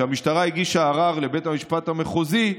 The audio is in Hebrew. כשהמשטרה הגישה ערר לבית המשפט המחוזי,